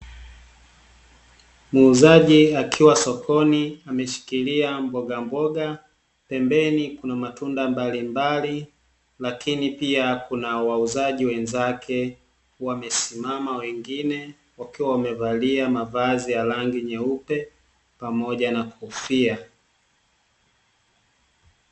Muuzaji akiwa sokoni ameshikilia mboga mboga, pembeni kuna matunda mbali mbali lakini pia wauzaji wenzake wamesimama wengine wakiwa wamevalia mavazi ya rangi nyeupe na kofia.